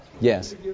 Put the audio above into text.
Yes